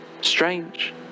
Strange